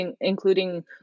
including